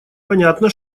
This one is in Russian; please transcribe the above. понятно